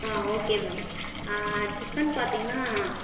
ஆ okay ma'am tiffin பார்த்தீங்கன்னா